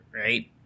right